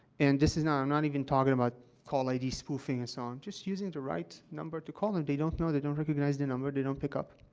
and this is not i'm not even talking about call id spoofing. and so, i'm just using the right number to call, and they don't know they don't recognize the number they don't pick up.